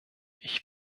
ich